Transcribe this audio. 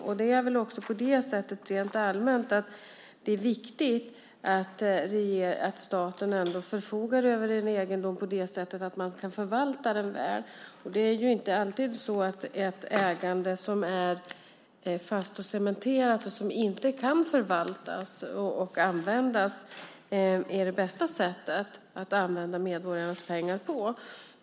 Och det är väl också rent allmänt så att det är viktigt att staten ändå förfogar över en egendom på det sättet att man kan förvalta den väl. Det är inte alltid så att ett ägande som är fast och cementerat och som inte kan förvaltas och användas är det bästa sättet att använda medborgarnas pengar.